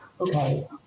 okay